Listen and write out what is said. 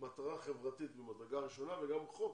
מטרה חברתית ממדרגה ראשונה וגם חוק,